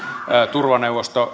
turvaneuvoston